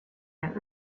der